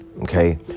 okay